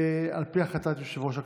על פי החלטת יושב-ראש הכנסת.